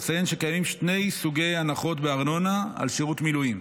אציין שקיימים שני סוגי הנחות בארנונה על שירות מילואים: